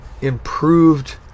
improved